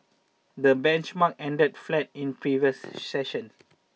the benchmark ended flat in previous session